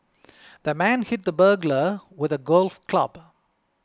the man hit the burglar with a golf club